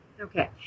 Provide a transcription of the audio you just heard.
Okay